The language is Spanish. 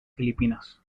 filipinas